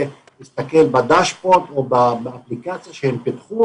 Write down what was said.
אמרו לי: תסתכל באפליקציה שפיתחנו,